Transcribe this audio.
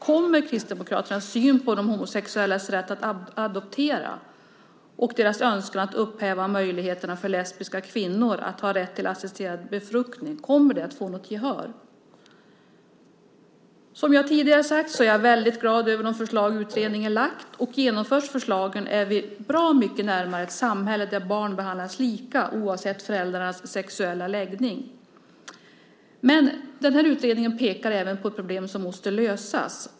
Kommer Kristdemokraternas syn på de homosexuellas rätt att adoptera och deras önskan att upphäva möjligheterna för lesbiska kvinnor att ha rätt till assisterad befruktning att få något gehör? Som jag tidigare har sagt är jag väldigt glad över de förslag som utredningen har lagt fram. Genomförs förslagen är vi bra mycket närmare ett samhälle där barn behandlas lika oavsett föräldrarnas sexuella läggning. Men den här utredningen pekar även på ett problem som måste lösas.